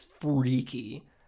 freaky